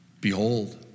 behold